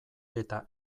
eta